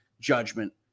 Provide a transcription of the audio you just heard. judgment